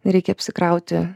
nereikia apsikrauti